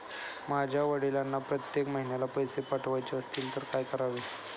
माझ्या वडिलांना प्रत्येक महिन्याला पैसे पाठवायचे असतील तर काय करावे?